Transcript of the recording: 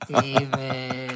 David